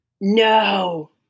No